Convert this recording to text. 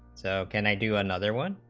so can i do another one.